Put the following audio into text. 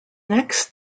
next